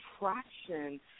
attraction